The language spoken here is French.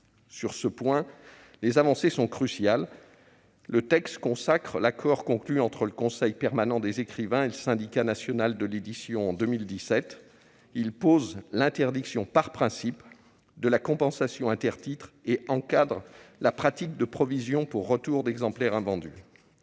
Sur ce point, les avancées sont cruciales. Le texte consacre l'accord conclu entre le Conseil permanent des écrivains (CPE) et le Syndicat national de l'édition (SNE) en 2017. Il pose l'interdiction par principe de la compensation intertitres et encadre la pratique de provisions pour retours d'exemplaires invendus.